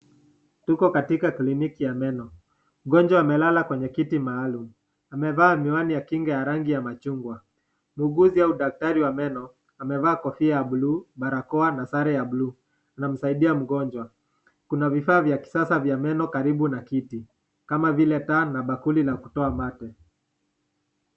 Tuko katika kliniki ya meno mgonjwa amelala kwenye kiti maalum amevaa miwani ya kinga ya rangi ya machungwa muuguzi au daktari wa meno amevaa kofia ya blue , barakoa na sare ya blue , anasaidia mgonjwa, kuna vifaa vya meno ya kisasa karibu na yeye kama vile taa na bakuli la kutoa mate